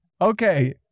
Okay